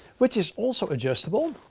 which is also adjustable.